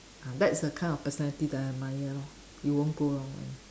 ah that's the kind of personality that I admire lor it won't go wrong [one]